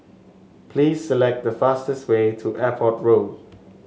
please select the fastest way to Airport Road